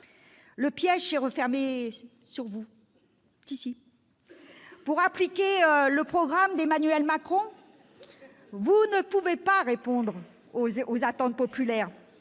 le piège s'est refermé sur vous. Si, si ! Pour appliquer le programme d'Emmanuel Macron, vous ne pouvez pas répondre aux attentes populaires,